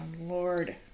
Lord